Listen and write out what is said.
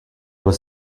was